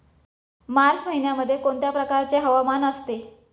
मार्च महिन्यामध्ये कोणत्या प्रकारचे हवामान असते?